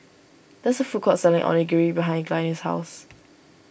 there's food court selling Onigiri behind Glynis' house